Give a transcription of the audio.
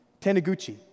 Taniguchi